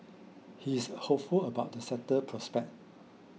he is hopeful about the sector prospects